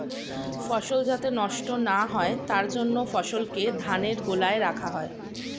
ফসল যাতে নষ্ট না হয় তার জন্য ফসলকে ধানের গোলায় রাখা হয়